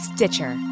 Stitcher